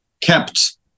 kept